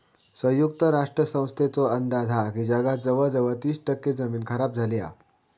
संयुक्त राष्ट्र संस्थेचो अंदाज हा की जगात जवळजवळ तीस टक्के जमीन खराब झाली हा